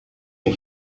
een